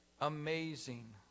amazing